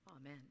amen